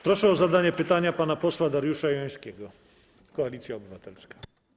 Proszę o zadanie pytania pana posła Dariusza Jońskiego, Koalicja Obywatelska.